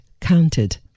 counted